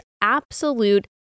absolute